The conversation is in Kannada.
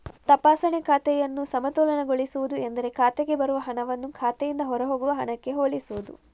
ತಪಾಸಣೆ ಖಾತೆಯನ್ನು ಸಮತೋಲನಗೊಳಿಸುವುದು ಎಂದರೆ ಖಾತೆಗೆ ಬರುವ ಹಣವನ್ನು ಖಾತೆಯಿಂದ ಹೊರಹೋಗುವ ಹಣಕ್ಕೆ ಹೋಲಿಸುವುದು